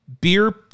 beer